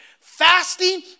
Fasting